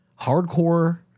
hardcore